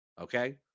okay